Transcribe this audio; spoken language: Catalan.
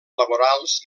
laborals